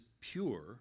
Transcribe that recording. pure